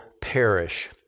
perish